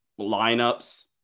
lineups